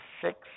six